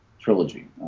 trilogy